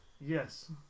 Yes